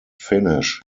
finish